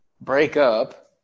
breakup